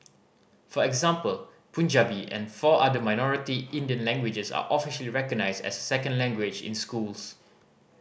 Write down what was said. for example Punjabi and four other minority Indian languages are officially recognised as a second language in schools